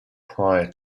prior